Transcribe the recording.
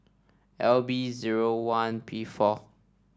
L B zero one P four